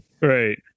Right